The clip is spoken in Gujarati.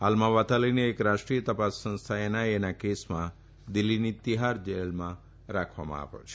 હાલમાં વાતાલીને એક રાષ્ટ્રીય તપાસ સંસ્થા એનઆઇએ ના કેસમાં દીલ્ફીની તિહાર જેલમાં રાખવામાં આવ્યો છે